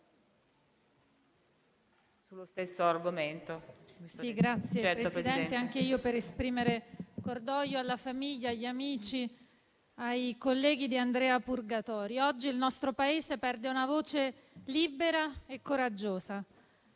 Signora Presidente, anche io esprimo cordoglio alla famiglia, agli amici e ai colleghi di Andrea Purgatori. Oggi il nostro Paese perde una voce libera e coraggiosa;